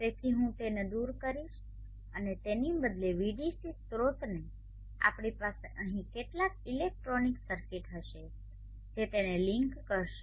તેથી હું તેને દૂર કરીશ અને તેની બદલે Vdc સ્રોતને આપણી પાસે અહીં કેટલાક ઇલેક્ટ્રોનિક સર્કિટ હશે જે તેને લિંક કરશે